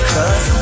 Cause